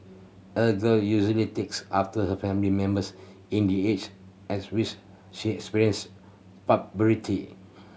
a girl usually takes after her family members in the age at which she experience